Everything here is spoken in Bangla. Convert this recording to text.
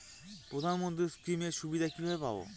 প্রধানমন্ত্রী স্কীম এর সুবিধা কিভাবে পাবো?